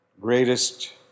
Greatest